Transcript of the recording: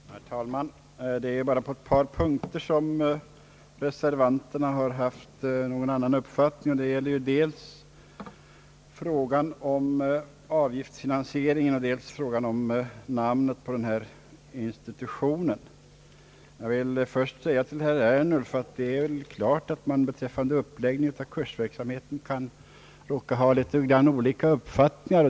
Herr talman! Det är bara på ett par punkter som reservanterna har haft en avvikande uppfattning. Det gäller dels frågan om avgiftsfinansieringen och dels frågan om namnet på institutionen. Jag vill först säga till herr Ernulf att det är klart att man beträffande uppläggningen av kursverksamheten kan råka ha olika uppfattningar.